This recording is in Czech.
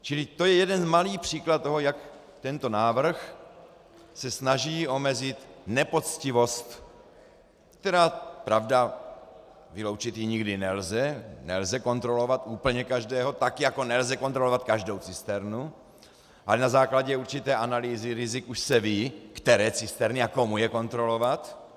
Čili to je jeden malý příklad toho, jak se tento návrh snaží omezit nepoctivost, kterou, pravda, vyloučit nikdy nelze, nelze kontrolovat úplně každého, tak jako nelze kontrolovat každou cisternu, ale na základě určité analýzy rizik už se ví, které cisterny a komu je kontrolovat.